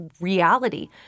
reality